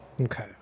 Okay